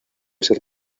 ser